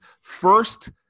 first